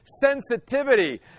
sensitivity